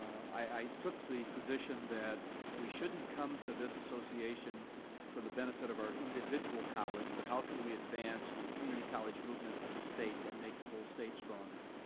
i took the position that we shouldn't come to this association for the benefit of our college, but how can we advance the the community college movement in the state and make the whole state stronger.